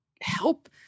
help